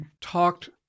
talked